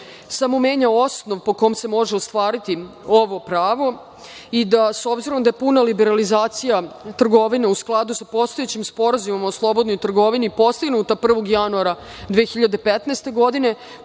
samo menja osnov po kom se može ostvariti ovo pravo i, s obzirom da je puna liberalizacija i trgovine u skladu sa postojećim Sporazumom o slobodnoj trgovini postignuta 1. januara 2015. godine,